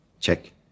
Check